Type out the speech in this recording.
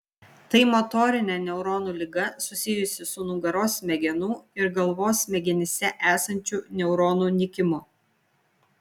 tai motorinė neuronų liga susijusi su nugaros smegenų ir galvos smegenyse esančių neuronų nykimu